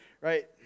right